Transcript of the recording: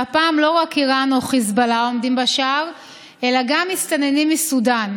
והפעם לא רק איראן או החיזבאללה עומדים בשער אלא גם מסתננים מסודן.